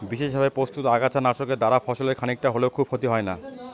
বিশেষভাবে প্রস্তুত আগাছা নাশকের দ্বারা ফসলের খানিকটা হলেও খুব ক্ষতি হয় না